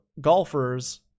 golfers